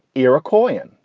iroquois in.